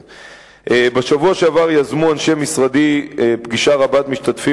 בשבוע שעבר יזמו אנשי משרדי פגישה רבת-משתתפים